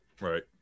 Right